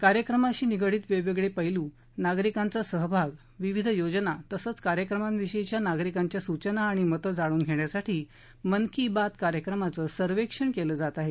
कार्यक्रमाशी निगडीत वेगवेगळे पैलू नागरिकांचा सहाभाग विविध योजना तसंच कार्यक्रमांविषयीच्या नागरिकांच्या सूचना आणि मतं जाणून घेण्यासाठी मन की बात कार्यक्रमाचं सर्वेक्षण केलं जात आहे